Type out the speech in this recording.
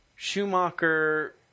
Schumacher